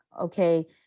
okay